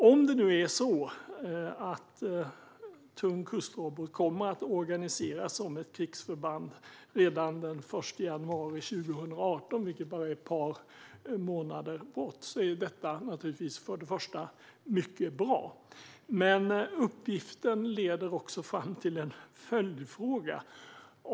Om det nu är så att tung kustrobot kommer att organiseras som ett krigsförband redan den 1 januari 2018, vilket bara är ett par månader bort, är det naturligtvis först och främst mycket bra. Men uppgiften leder också fram till en följdfråga.